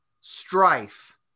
strife